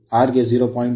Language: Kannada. R ಗೆ 0